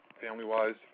family-wise